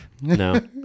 No